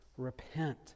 repent